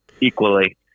equally